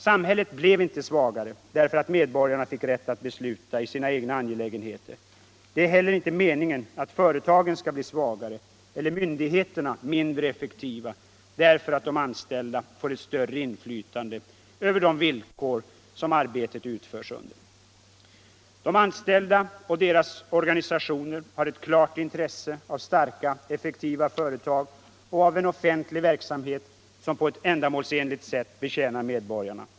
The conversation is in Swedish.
Samhället blev inte svagare därför att medborgarna fick rätt att besluta i sina egna angelägenheter. Det är inte heller meningen att företagen skall bli svagare eller myndigheterna mindre effektiva därför att de anställda får ett större inflytande över de villkor som arbetet bedrivs under. De anställda och deras organisationer har ett klart intresse av starka effektiva företag och av en offentlig verksamhet som på ett ändamålsenligt sätt betjänar medborgarna.